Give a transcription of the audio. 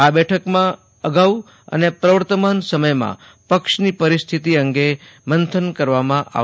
આ બેઠકમાં અગાઉ અને પ્રવર્તમાન સમયમાં પક્ષની પરિસ્થિતિ અંગે મંથન કરવામાં આવશે